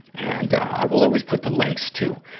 and, ah, i will always put the links to,